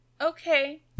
okay-